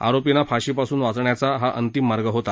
आरोपींना फाशीपासून वाचण्याचा हा अंतिम मार्ग होता